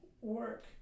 work